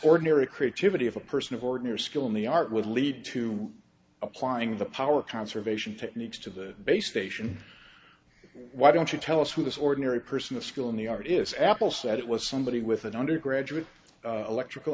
ordinary creativity of a person of ordinary skill in the art would lead to applying the power conservation techniques to the base station why don't you tell us who this ordinary person a school in the art is apple said it was somebody with an undergraduate electrical